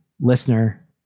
Listener